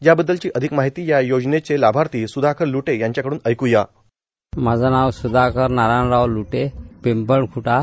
याबद्दलची अधिक माहिती या योजनेचे लाभार्थी सुधाकर लुटे यांच्याकड्न ऐक्या साऊंड बाईट माझं नाव स्धाकर नारायणराव लुटे पिंपळख्टा